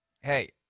hey